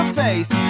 face